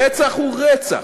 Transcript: רצח הוא רצח.